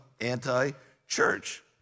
anti-church